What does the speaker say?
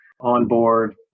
onboard